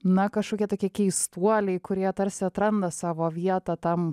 na kažkokie tokie keistuoliai kurie tarsi atranda savo vietą tam